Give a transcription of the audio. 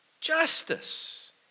justice